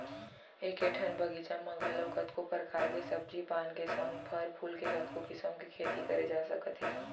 एके ठन बगीचा म घलौ कतको परकार के सब्जी पान के संग फर फूल के कतको किसम के खेती करे जा सकत हे